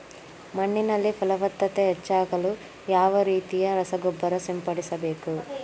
ಮಣ್ಣಿನಲ್ಲಿ ಫಲವತ್ತತೆ ಹೆಚ್ಚಾಗಲು ಯಾವ ರೀತಿಯ ರಸಗೊಬ್ಬರ ಸಿಂಪಡಿಸಬೇಕು?